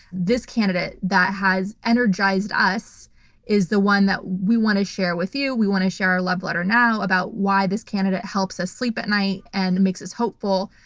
this candidate that has energized us is the one that we want to share with you. we want to share our love letter now about why this candidate helps us sleep at night and makes us hopeful.